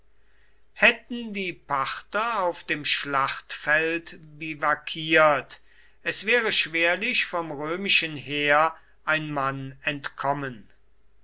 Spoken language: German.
hätten die parther auf dem schlachtfeld biwakiert es wäre schwerlich vom römischen heer ein mann entkommen